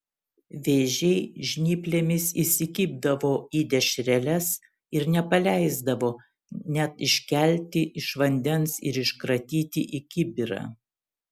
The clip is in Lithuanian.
vėžiai žnyplėmis įsikibdavo į dešreles ir nepaleisdavo net iškelti iš vandens ir iškratyti į kibirą